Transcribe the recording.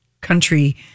country